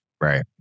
Right